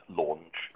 launch